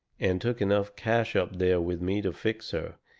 and took enough cash up there with me to fix her,